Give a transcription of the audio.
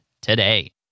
today